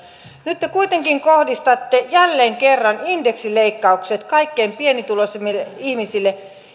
nyt te kuitenkin kohdistatte jälleen kerran indeksileikkaukset kaikkein pienituloisimmille ihmisille